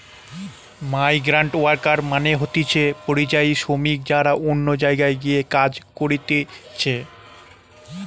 migrant worker মানে হতিছে পরিযায়ী শ্রমিক যারা অন্য জায়গায় গিয়ে কাজ করতিছে